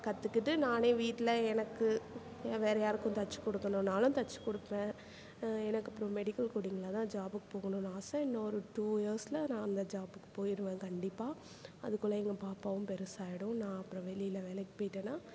கற்றுக்கிட்டு நானே வீட்டில் எனக்கு வேறு யாருக்கும் தைச்சி கொடுக்கணுனாலும் தைச்சி கொடுப்பேன் எனக்கு அப்றம் மெடிக்கல் கோடிங்கில் தான் ஜாபுக்கு போகணும்ன்னு ஆசை இன்னொரு டூ இயர்ஸில் நான் அந்த ஜாபுக்கு போயிடுவேன் கண்டிப்பாக அதுக்குள்ளே எங்கள் பாப்பாவும் பெருசாகிடும் நான் அப்றம் வெளியில் வேலைக்கு போய்ட்டனா